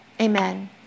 amen